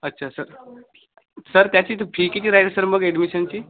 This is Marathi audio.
अच्छा सर सर त्याची तर फी किती राहील सर मग एडमिशनची